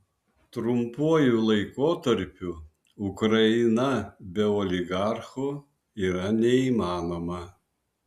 trumpuoju laikotarpiu ukraina be oligarchų yra neįmanoma